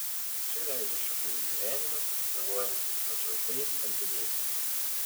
čia leidžia šaknis gyvenimas bylojantis padžiautais skalbiniais